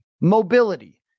mobility